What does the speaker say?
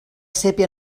sépia